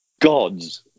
gods